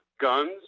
guns